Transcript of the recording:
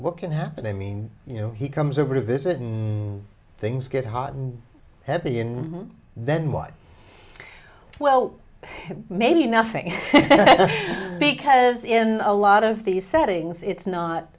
what can happen i mean you know he comes over to visit and things get hot and heavy and then what well maybe nothing because in a lot of these settings it's not